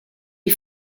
est